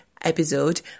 episode